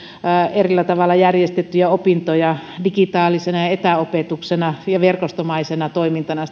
eri tavalla järjestettyjä opintoja pienissä lukioissa digitaalisena ja etäopetuksena ja verkostomaisena toimintana